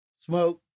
smoke